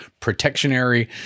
protectionary